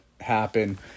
happen